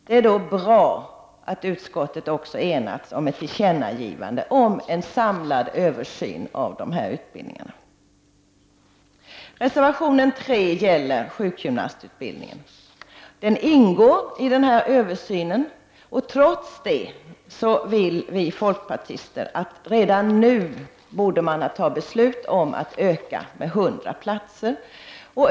Det är bra att utskottet också har enats om ett tillkännagivande om en samlad översyn av de här utbildningarna. Reservation 3 vid UbU21 gäller sjukgymnastutbildningen. Den ingår i översynen. Trots det vill vi folkpartister att beslut fattas redan nu om att öka utbildningen med 100 platser.